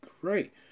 great